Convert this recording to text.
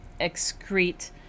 excrete